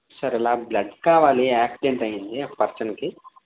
sir ఇలా blood కావాలి accident అయ్యింది ఒక పర్సన్కి